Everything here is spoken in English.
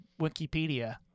Wikipedia